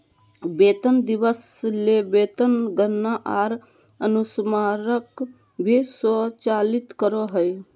वेतन दिवस ले वेतन गणना आर अनुस्मारक भी स्वचालित करो हइ